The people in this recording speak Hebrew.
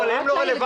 אבל הם לא רלוונטיים,